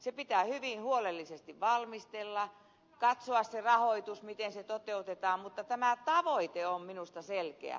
se pitää hyvin huolellisesti valmistella katsoa se rahoitus miten se toteutetaan mutta tämä tavoite on minusta selkeä